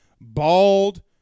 bald